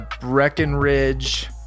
breckenridge